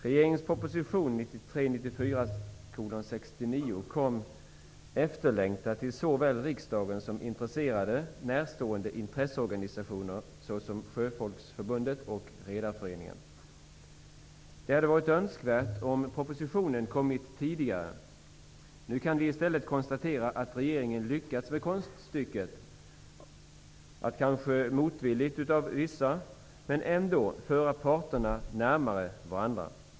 Regeringens proposition 1993/94:69 kom efterlängtat till såväl riksdagen som intresserade närstående intresseorganisationer såsom Det hade varit önskvärt om propositionen hade lagts fram tidigare. Nu kan vi i stället konstatera att regeringen lyckats med konststycket att -- kanske något motvilligt från vissa håll, men ändå -- föra parterna närmare varandra.